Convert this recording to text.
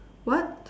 what